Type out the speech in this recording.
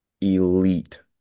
elite